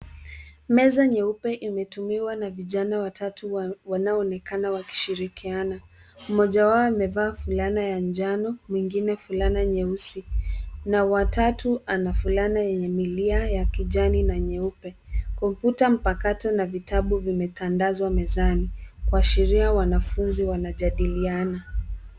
Meza nyeupe imetumiwa na vijana watatu wanaoonekana kuwa wa siri kiasili. Mmoja amevaa shati la njano, mwingine shati la nyeupe, na wa tatu shati la mchanganyiko wa kijani na nyeupe. Vyakula na vitabu vimetandazwa mezani. Wanafunzi wengine wanajadili kwa makini